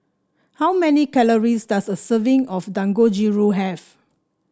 how many calories does a serving of Dangojiru have